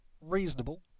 Reasonable